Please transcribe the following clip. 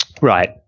Right